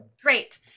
Great